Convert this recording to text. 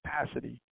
capacity